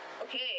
Okay